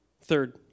Third